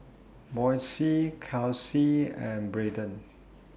Boysie Kelsie and Braedon